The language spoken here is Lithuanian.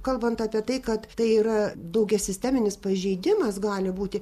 kalbant apie tai kad tai yra daugiasisteminis pažeidimas gali būti